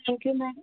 thank you ma'am